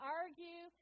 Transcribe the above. argue